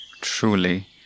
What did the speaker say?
Truly